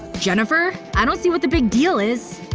jennifer, i don't see what the big deal is?